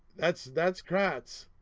that's that's kratz!